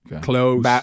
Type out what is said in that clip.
Close